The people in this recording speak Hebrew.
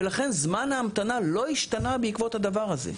ולכן זמן ההמתנה לא השתנה בעקבות הדבר הזה.